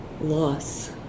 loss